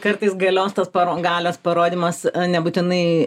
kartais galios tos paro galios parodymas nebūtinai